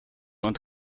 und